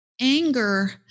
Anger